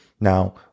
Now